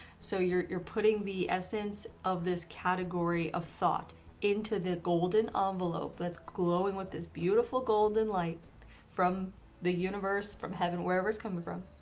so you're you're putting the essence of this category of thought into the golden envelope that's glowing with this beautiful golden light from the universe from heaven wherever it's coming from,